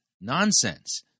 nonsense